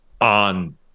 on